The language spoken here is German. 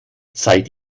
seit